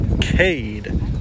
Cade